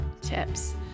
tips